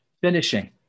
finishing